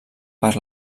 per